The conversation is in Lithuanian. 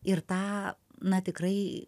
ir tą na tikrai